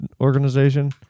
organization